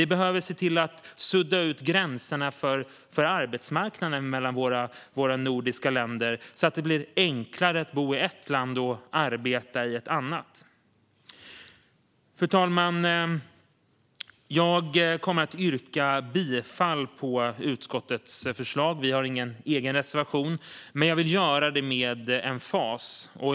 Vi behöver sudda ut gränserna för arbetsmarknaden mellan våra nordiska länder så att det blir enklare att bo i ett land och arbeta i ett annat. Fru talman! Jag kommer att yrka bifall till utskottets förslag - vi har ingen egen reservation - men jag vill göra det med emfas.